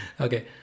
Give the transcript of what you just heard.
Okay